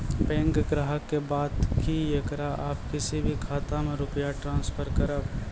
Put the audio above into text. Bank ग्राहक के बात की येकरा आप किसी भी खाता मे रुपिया ट्रांसफर करबऽ?